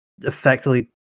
effectively